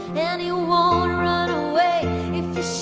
and he won't runaway